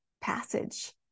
passage